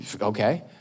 okay